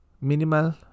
minimal